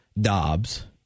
Dobbs